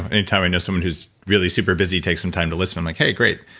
anytime i know someone who's really super busy takes some time to listen. i'm like hey, great,